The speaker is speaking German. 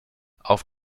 auf